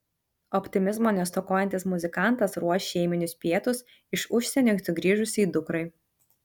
optimizmo nestokojantis muzikantas ruoš šeiminius pietus iš užsienio sugrįžusiai dukrai